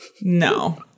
No